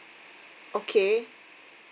okay